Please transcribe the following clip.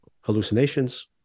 hallucinations